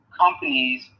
companies